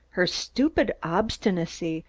her stupid obstinacy,